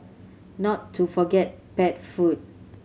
not to forget pet food